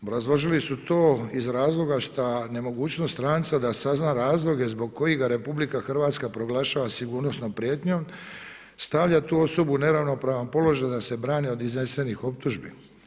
Obrazložili su to iz razloga šta nemogućnost stranca da sazna razloge zbog kojih ga RH proglašava sigurnosnom prijetnjom stavlja tu osobu u neravnopravan položaj da se brani od iznesenih optužbi.